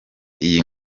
iyi